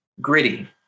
gritty